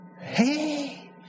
Hey